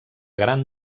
gran